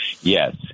Yes